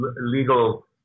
legal